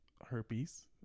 herpes